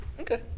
Okay